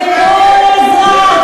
שכל אזרח